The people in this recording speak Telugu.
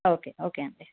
ఓకే ఓకే అండి